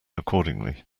accordingly